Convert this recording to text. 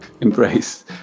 embrace